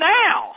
now